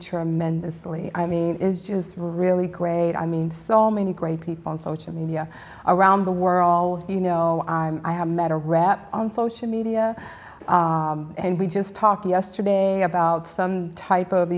tremendously i mean it is just really great i mean so many great people in social media around the world you know i'm i have met a rep on social media and we just talked yesterday about some type of